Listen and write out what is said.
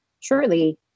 Surely